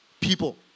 people